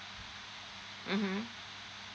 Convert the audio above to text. mmhmm